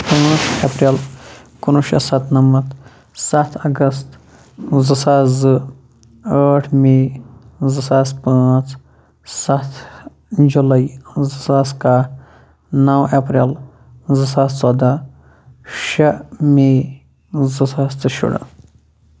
پانٛژھ اپریل کُنوُہ شیٚتھ سَتنَمتھ سَتھ اگستہٕ زٕ ساس زٕ أٹھ میٚے زٕ ساس پانٛژھ سَتھ جولاے زٕ ساس کاہہ نَو اپریل زِ ساس ژۄدہ شیٚے میٚے زٕ ساس تہٕ شُرہ